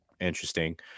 interesting